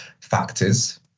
factors